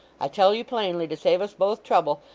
i tell you plainly, to save us both trouble,